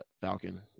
Falcon